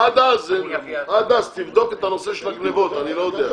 עד אז תבדוק את הנושא של הגניבות, אני לא יודע.